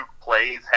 plays